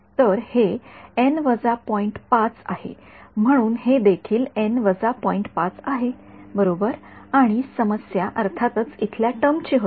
तर हे आहे म्हणून हे देखील आहे बरोबर आणि समस्या अर्थातच इथल्या टर्म ची होती